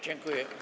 Dziękuję.